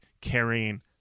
carrying